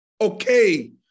okay